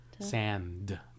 sand